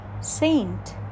saint